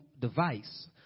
device